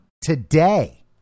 today